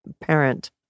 parent